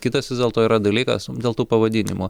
kitas vis dėlto yra dalykas dėl tų pavadinimų